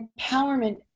empowerment